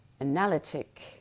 analytic